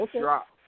drop